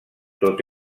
tot